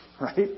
Right